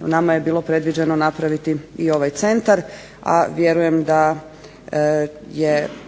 nama je bilo predviđeno napraviti i ovaj centar. A vjerujem da je